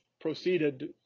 proceeded